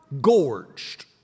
gorged